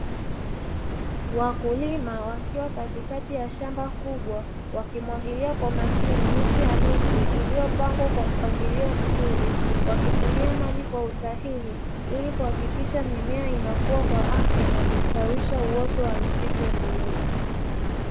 Wakulima wakiwa katikati ya shamba kubwa wakimwagilia kwa makini miche ya miti, iliyopandwa kwa mpangilio mzuri wakitumia maji kwa usahihi ili kuhakikisha mime inakua kwa afya na kustawisha uoto wa misitu endelevu.